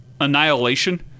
Annihilation